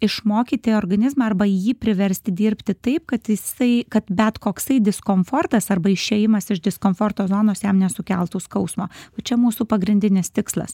išmokyti organizmą arba jį priversti dirbti taip kad jisai kad bet koksai diskomfortas arba išėjimas iš diskomforto zonos jam nesukeltų skausmo va čia mūsų pagrindinis tikslas